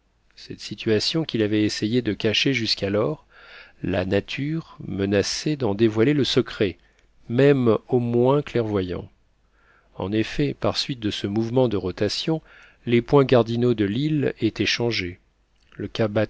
cette situation qu'il avait essayé de cacher jusqu'alors la nature menaçait d'en dévoiler le secret même aux moins clairvoyants en effet par suite de ce mouvement de rotation les points cardinaux de l'île étaient changés le